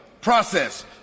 process